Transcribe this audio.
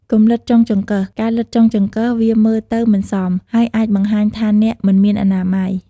កុំលិទ្ធចុងចង្កឹះ ការលិទ្ធចុងចង្កឹះ វាមើលទៅមិនសម ហើយអាចបង្ហាញថាអ្នកមិនមានអនាម័យ។